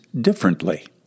differently